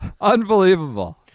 Unbelievable